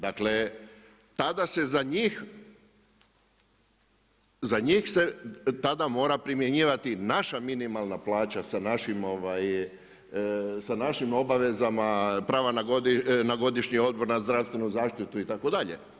Dakle, tada se za njih tada mora primjenjivati naša minimalna plaća sa našim obavezama, prava na godišnji odmor, na zdravstvenu zaštitu itd.